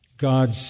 God's